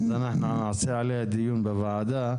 אנחנו נעשה עליה דיון בוועדה.